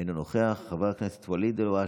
אינו נוכח, חבר הכנסת ואליד אלהואשלה,